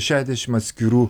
šešiadešimt atskirų